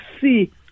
see